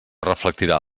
reflectirà